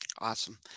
Awesome